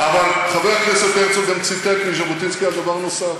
אבל חבר הכנסת הרצוג גם ציטט מז'בוטינסקי דבר נוסף,